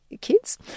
kids